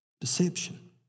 deception